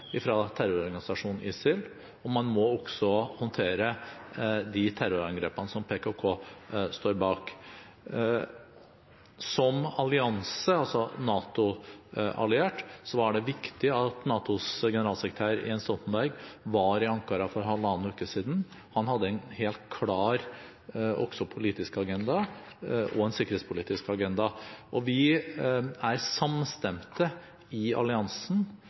terrororganisasjonen ISIL, og så må man også håndtere de terrorangrepene som PKK står bak. Som NATO-alliert var det viktig at NATOs generalsekretær Jens Stoltenberg var i Ankara for halvannen uke siden. Han hadde en helt klar politisk agenda og også en sikkerhetspolitisk agenda. Vi er samstemte i alliansen